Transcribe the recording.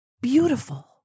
beautiful